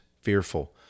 fearful